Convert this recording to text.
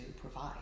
provide